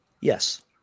Yes